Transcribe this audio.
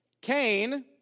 Cain